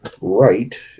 right